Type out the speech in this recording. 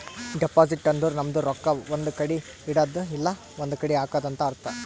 deposit ಅಂದುರ್ ನಮ್ದು ರೊಕ್ಕಾ ಒಂದ್ ಕಡಿ ಇಡದ್ದು ಇಲ್ಲಾ ಒಂದ್ ಕಡಿ ಹಾಕದು ಅಂತ್ ಅರ್ಥ